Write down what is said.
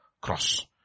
cross